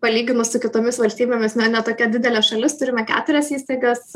palyginus su kitomis valstybėmis na ne tokia didelė šalis turime keturias įstaigas